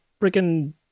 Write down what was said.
freaking